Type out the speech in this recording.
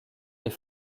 est